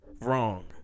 Wrong